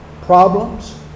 problems